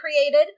created